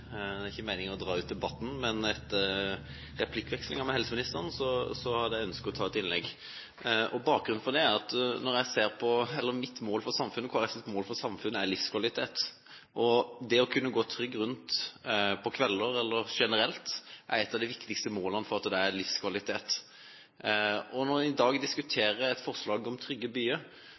Det er ikke meningen å dra ut debatten, men etter replikkvekslingen med helseministeren ønsker jeg å ta et innlegg. Bakgrunnen er at Kristelig Folkepartis mål for samfunnet er livskvalitet. Det å kunne gå trygt rundt på kvelden – eller generelt – er et av de viktigste målene på livskvalitet. Når vi i dag diskuterer et forslag om trygge byer,